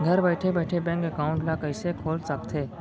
घर बइठे बइठे बैंक एकाउंट ल कइसे खोल सकथे?